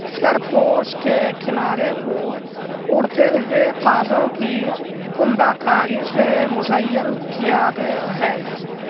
سرپوش کے کنارے کو اڑتے ہوئے قازوں کی کندہ کاری سے مزین کیا گیا ہے